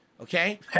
Okay